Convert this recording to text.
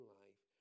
life